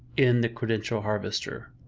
in the credential harvester.